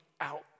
out